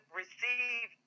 receive